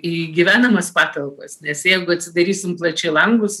į gyvenamas patalpas nes jeigu atsidarysim plačiai langus